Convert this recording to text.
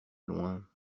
loin